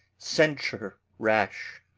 censure rash